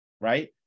right